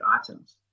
items